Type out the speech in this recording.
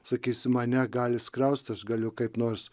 sakysim ane gali skriaust aš galiu kaip nors